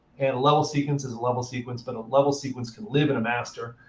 and level sequence is a level sequence, but a level sequence can live in a master.